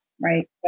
Right